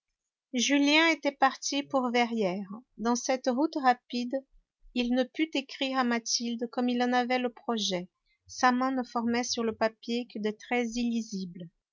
julien était parti pour verrières dans cette route rapide il ne put écrire à mathilde comme il en avait le projet sa main ne formait sur le papier que des traits illisibles